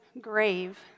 grave